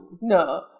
No